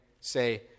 say